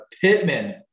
Pittman